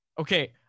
okay